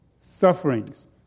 sufferings